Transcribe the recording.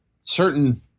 certain